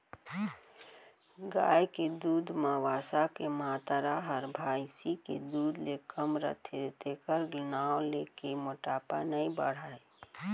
गाय के दूद म वसा के मातरा ह भईंसी के दूद ले कम रथे तेकर नांव लेके मोटापा नइ बाढ़य